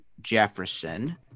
jefferson